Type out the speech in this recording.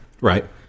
Right